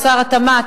שר התמ"ת,